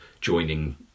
joining